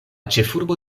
ĉefurbo